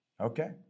Okay